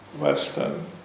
Western